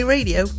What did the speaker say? Radio